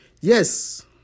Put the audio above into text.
Yes